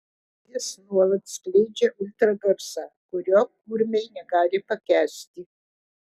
jis nuolat skleidžia ultragarsą kurio kurmiai negali pakęsti